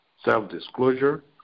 Self-disclosure